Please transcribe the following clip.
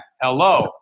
Hello